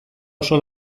oso